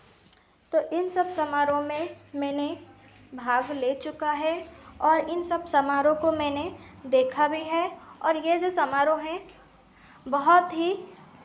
तो इन सब समारोह में मैंने भाग ले चुका है और इन सब समारोह को मैंने देखा भी है और यह जो समारोह हैं बहुत ही